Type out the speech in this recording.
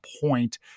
point